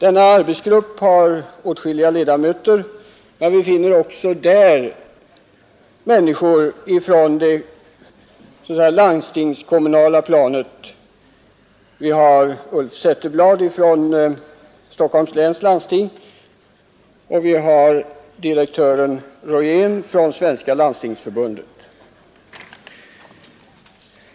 Denna arbetsgrupp har åtskilliga ledamöter, och vi finner också där personer som är verksamma på det landstingskommunala planet, t.ex. planeringschefen Ulf Zetterblad från Stockholms läns landsting och direktören Sverre Royen från Svenska landstingsförbundet.